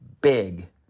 big